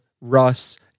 Russ